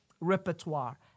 repertoire